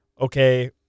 okay –